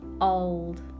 old